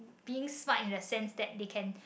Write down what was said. being smart in the sense that they can